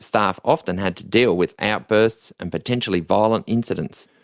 staff often had to deal with outbursts and potentially violent incidents.